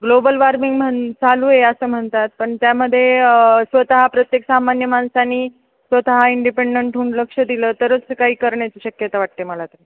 global warming म्हण चालू आहे असं म्हणतात पण त्यामध्ये स्वतः प्रत्येक सामान्य माणसाने स्वतः इंडिपेंडंट होऊन लक्ष दिलं तरच काही करण्याची शक्यता वाटते मला तरी